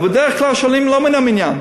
אבל בדרך כלל שואלים שלא לעניין,